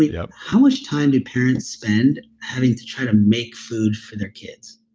yup how much time do parents spend having to try to make food for their kids?